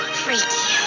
freaky